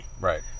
right